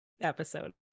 episode